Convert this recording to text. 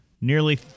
Nearly